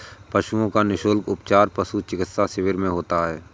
पशुओं का निःशुल्क उपचार पशु चिकित्सा शिविर में होता है